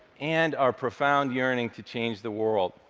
and our profound yearning to change the world.